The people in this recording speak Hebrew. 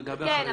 כן,